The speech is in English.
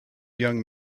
young